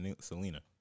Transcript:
Selena